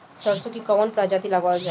सरसो की कवन प्रजाति लगावल जाई?